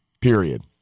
period